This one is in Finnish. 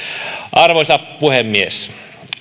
arvoisa puhemies